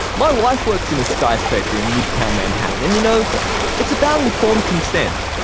my wife works in a skyscraper in midtown, manhattan and, you know it's about informed consent.